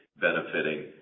benefiting